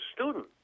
student